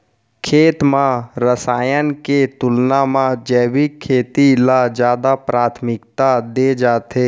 खेत मा रसायन के तुलना मा जैविक खेती ला जादा प्राथमिकता दे जाथे